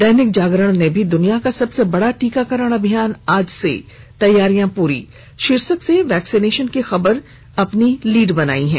दैनिक जागरण ने भी दुनिया का सबसे बड़ा टीकाकरण अभियान आज से तैयारी पूरी शीर्षक से वैक्सीनेशन की खबर को अपनी लीड बनाई है